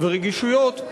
רגישויות,